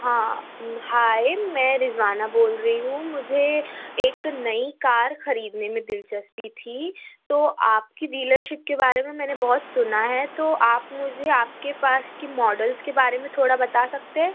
ہاں ہائے میں رضوانہ بول رہی ہوں مجھے ایک نئی کار خریدنے میں دلچسپی تھی تو آپ کی ڈیلر شپ کے بارے میں میں نے بہت سُنا ہے تو آپ مجھے آپ کے پاس کی موڈلس کے بارے میں تھوڑا بتا سکتے ہیں